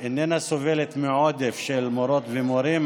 איננה סובלת מעודף של מורות ומורים,